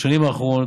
בשנים האחרונות,